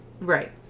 Right